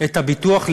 את הביטוח,